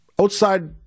Outside